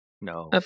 No